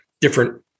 different